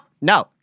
No